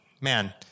man